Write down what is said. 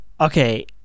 okay